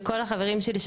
וכל החברים שלי,